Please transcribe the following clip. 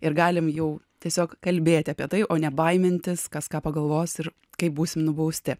ir galim jau tiesiog kalbėti apie tai o ne baimintis kas ką pagalvos ir kaip būsim nubausti